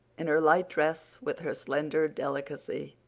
in her light dress, with her slender delicacy,